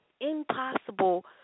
Impossible